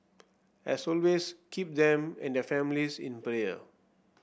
as always keep them and their families in player